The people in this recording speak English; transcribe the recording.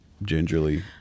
gingerly